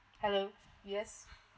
hello yes